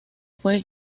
fue